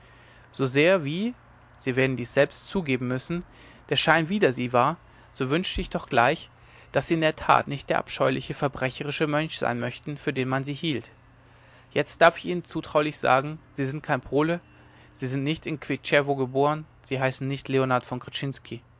so sehr wie sie werden dies selbst zugeben müssen der schein wider sie war so wünschte ich doch gleich daß sie in der tat nicht der abscheuliche verbrecherische mönch sein möchten für den man sie hielt jetzt darf ich ihnen zutraulich sagen sie sind kein pole sie sind nicht in kwiecziczewo geboren sie heißen nicht leonard von